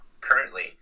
currently